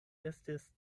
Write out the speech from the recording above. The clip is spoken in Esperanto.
estis